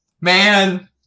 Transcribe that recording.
Man